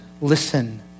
listen